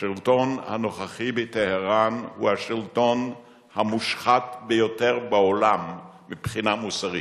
השלטון הנוכחי בטהרן הוא השלטון המושחת ביותר בעולם מבחינה מוסרית.